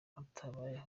hatabaye